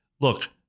Look